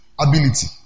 ability